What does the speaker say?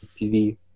TV